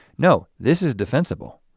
know this is defensible.